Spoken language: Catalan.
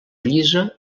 llisa